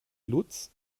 lutz